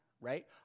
right